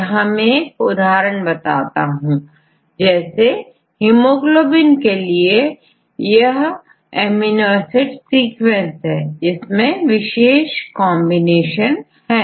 यहां मैंउदाहरण बताता हूं जैसे हिमोग्लोबिन के लिए यह एमिनो एसिड सीक्वेंस है जिसमें विशेष कॉन्बिनेशन है